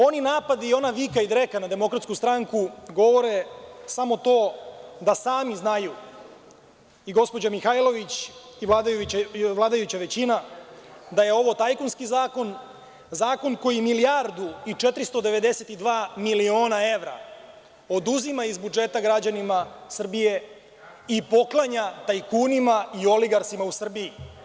Oni napadi i ona vika i dreka na Demokratsku stranku govore samo to da sami znaju i gospođa Mihajlović, i vladajuća većina da je ovo tajkunski zakon, zakon koji milijardu i 492 miliona evra oduzima iz budžeta građanima Srbije i poklanja tajkunima i oligarsima u Srbiji.